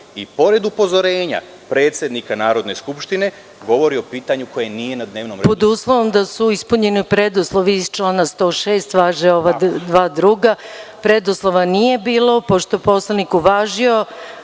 i pored upozorenja predsednika Narodne skupštine govori o pitanju koje nije na dnevnom redu. **Maja Gojković** Pod uslovom da su ispunjeni preduslovi iz člana 106. važe ova dva druga. Preduslova nije bilo, pošto je poslanik uvažio